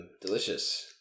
Delicious